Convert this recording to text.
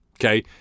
Okay